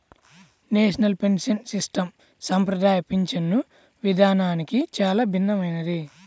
national pension system సంప్రదాయ పింఛను విధానానికి చాలా భిన్నమైనది